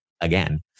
again